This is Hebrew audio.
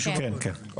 כן, כן.